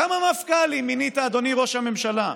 כמה מפכ"לים מינית, אדוני ראש הממשלה?